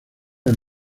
del